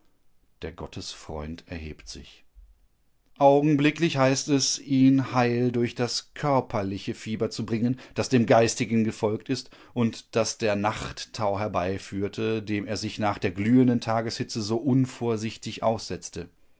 der gottesfreund erhebt sich augenblicklich heißt es ihn heil durch das körperliche fieber zu bringen das dem geistigen gefolgt ist und das der nachttau herbeiführte dem er sich nach der glühenden tageshitze so unvorsichtig aussetzte